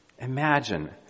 Imagine